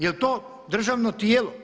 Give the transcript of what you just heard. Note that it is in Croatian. Je li to državno tijelo?